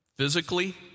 Physically